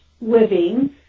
living